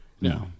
no